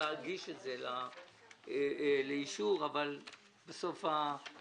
אישור מוסדות ציבור לעניין 61 לחוק מיסוי